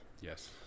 Yes